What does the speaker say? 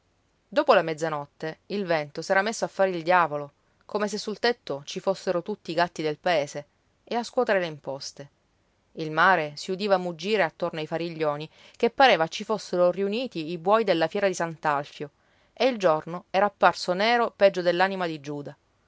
dopo la mezzanotte il vento s'era messo a fare il diavolo come se sul tetto ci fossero tutti i gatti del paese e a scuotere le imposte il mare si udiva muggire attorno ai fariglioni che pareva ci fossero riuniti i buoi della fiera di sant'alfio e il giorno era apparso nero peggio dell'anima di giuda